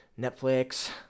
netflix